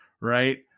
Right